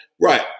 Right